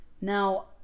Now